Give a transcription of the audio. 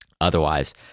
Otherwise